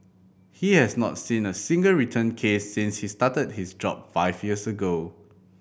he has not seen a single return case since he started his job five years ago